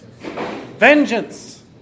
Vengeance